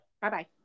Bye-bye